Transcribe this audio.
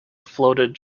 floated